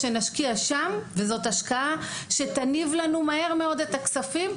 זאת השקעה שתניב לנו מהר מאוד את הכספים.